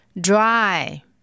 Dry